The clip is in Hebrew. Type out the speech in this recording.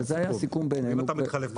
אם אתה מתחלף מחר?